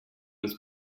des